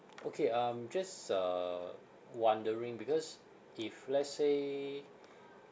okay um just uh wondering because if let's say